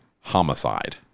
homicide